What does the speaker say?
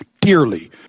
dearly